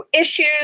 issues